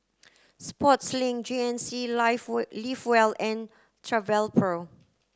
Sportslink G N C life we live well and Travelpro